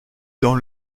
dans